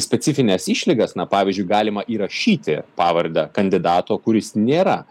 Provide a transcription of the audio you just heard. specifines išlygas na pavyzdžiui galima įrašyti pavardę kandidato kuris nėra